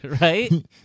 Right